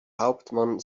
hauptmann